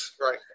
Right